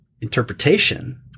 interpretation